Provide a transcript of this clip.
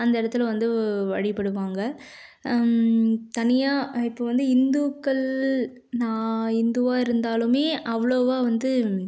அந்த இடத்துல வந்து வழிபடுவாங்க தனியாக இப்போ வந்து இந்துக்கள் நான் இந்துவாக இருந்தாலுமே அவ்வளோவா வந்து